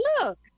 look